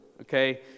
okay